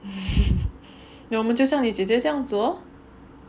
那我们就像你姐姐这样住 lor